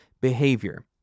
behavior